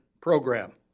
program